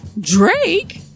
Drake